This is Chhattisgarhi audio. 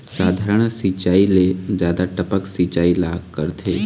साधारण सिचायी ले जादा टपक सिचायी ला करथे